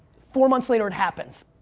four months later it happens